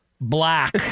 Black